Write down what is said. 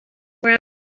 where